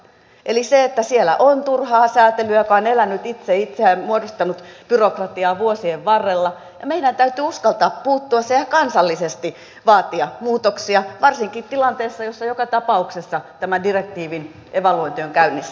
eli siellä on turhaa säätelyä joka on elänyt itse itseään varten muodostanut byrokratiaa vuosien varrella ja meidän täytyy uskaltaa puuttua siihen ja kansallisesti vaatia muutoksia varsinkin tilanteessa jossa joka tapauksessa tämän direktiivin evaluointi on käynnissä